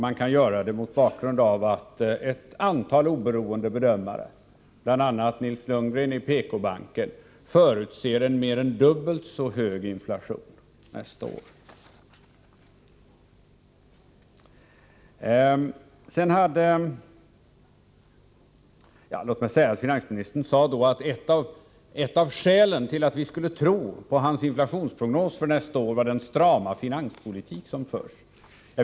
Man kan göra det mot bakgrund av att ett antal oberoende bedömare, bl.a. Nils Lundgren i PK-banken, förutser en mer än dubbelt så hög inflation nästa år. Finansministern sade att ett av skälen till att vi skulle tro på hans inflationsprognos för nästa år var den strama finanspolitik som förs.